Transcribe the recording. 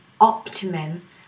optimum